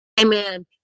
Amen